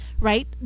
Right